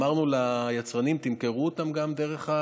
אנחנו אמרנו ליצרנים: תמכרו אותן גם דרך,